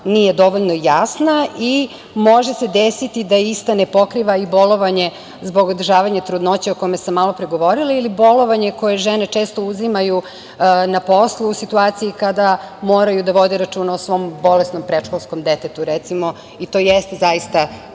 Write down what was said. nije dovoljno jasna i može se desiti da ista ne pokriva i bolovanje zbog održavanja trudnoće o kome sam malopre govorila ili bolovanje koje žene često uzimaju na poslu u situaciji kada moraju da vode računa o svom bolesnom predškolskom detetu, recimo i to jeste zaista